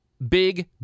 Big